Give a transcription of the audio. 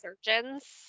surgeons